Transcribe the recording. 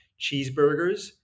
cheeseburgers